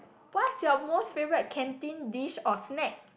what's your most favourite canteen dish or snack